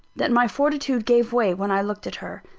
that my fortitude gave way when i looked at her.